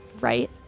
right